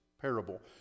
parable